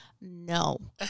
No